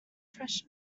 fresh